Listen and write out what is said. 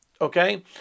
Okay